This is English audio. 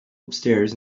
upstairs